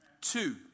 two